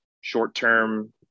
short-term